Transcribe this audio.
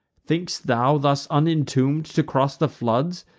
think'st thou, thus unintomb'd, to cross the floods,